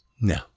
No